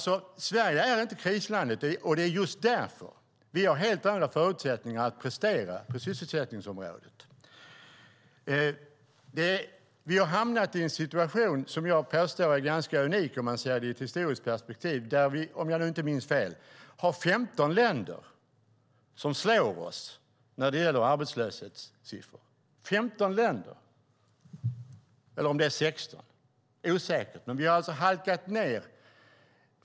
Sverige är inte krislandet, och det är just därför som vi har helt andra förutsättningar att prestera på sysselsättningsområdet. Vi har hamnat i en situation som jag påstår är ganska unik om man ser det i ett historiskt perspektiv. Om jag nu inte minns fel är det 15 länder - eller om det är 16; det är osäkert - som har bättre siffror och slår oss när det gäller arbetslöshet.